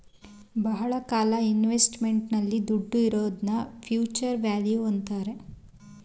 ಬಹಳ ಕಾಲ ಇನ್ವೆಸ್ಟ್ಮೆಂಟ್ ನಲ್ಲಿ ದುಡ್ಡು ಇರೋದ್ನ ಫ್ಯೂಚರ್ ವ್ಯಾಲ್ಯೂ ಅಂತಾರೆ